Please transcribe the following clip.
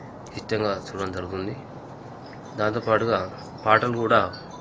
ఇష్టంగా చూడడం జరుగుతుంది దాంతో పాటుగా పాటలు కూడా